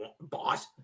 boss